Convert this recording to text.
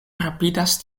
rapidas